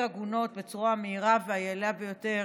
עגונות בצורה המהירה והיעילה ביותר,